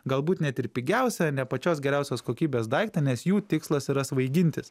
galbūt net ir pigiausią ne pačios geriausios kokybės daiktą nes jų tikslas yra svaigintis